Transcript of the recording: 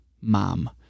mom